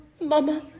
Mama